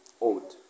old